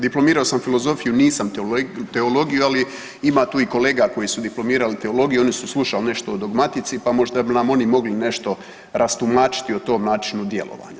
Diplomirao sa filozofiju nisam teologiju, ali ima tu i kolega koji su diplomirali teologiju oni su slušali nešto o dogmatici pa možda bi nam oni mogli nešto rastumačiti o tom načinu djelovanja.